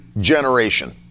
generation